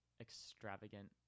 extravagant